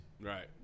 right